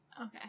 Okay